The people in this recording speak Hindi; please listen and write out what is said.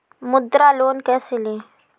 मुद्रा लोन कैसे ले?